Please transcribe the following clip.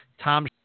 Tom